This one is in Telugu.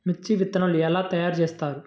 మిర్చి విత్తనాలు ఎలా తయారు చేస్తారు?